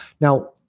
Now